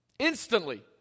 Instantly